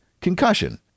Concussion